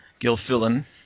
Gilfillan